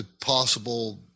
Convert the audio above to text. possible